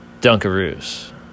dunkaroos